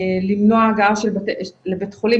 למנוע הגעה לבית חולים.